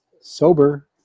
Sober